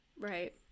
Right